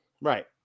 Right